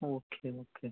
okay okay